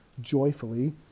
joyfully